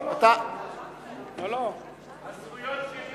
הזכויות שלי